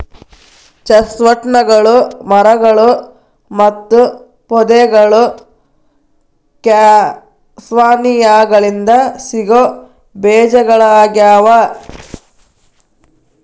ಚೆಸ್ಟ್ನಟ್ಗಳು ಮರಗಳು ಮತ್ತು ಪೊದೆಗಳು ಕ್ಯಾಸ್ಟಾನಿಯಾಗಳಿಂದ ಸಿಗೋ ಬೇಜಗಳಗ್ಯಾವ